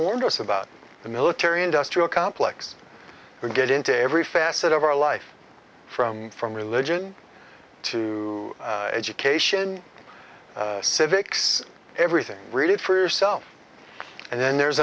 warned us about the military industrial complex we get into every facet of our life from from religion to education civics everything read it for yourself and then there's